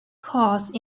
course